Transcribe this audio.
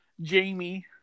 Jamie